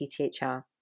PTHR